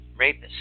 rapists